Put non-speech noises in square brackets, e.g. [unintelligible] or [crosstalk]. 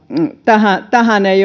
tähän tähän ei [unintelligible]